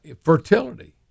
fertility